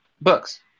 books